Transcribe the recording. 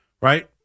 right